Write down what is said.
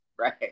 Right